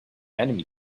enemy